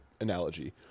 analogy